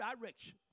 direction